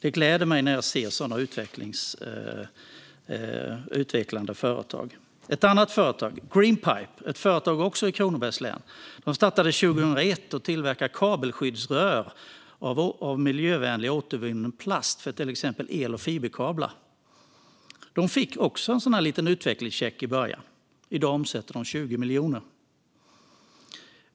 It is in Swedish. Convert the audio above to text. Sådan utveckling gläder mig. Ett annat företag är Greenpipe, också det i Kronobergs län. De startade 2001 och tillverkar kabelskyddsrör av miljövänlig, återvunnen plast för till exempel el och fiberkablar. Även de fick inledningsvis en utvecklingscheck och omsätter i dag drygt 20 miljoner.